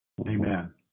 amen